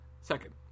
Second